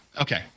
okay